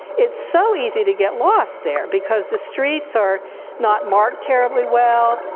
it's so easy to get lost there because the streets are not marked terribly well,